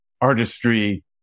artistry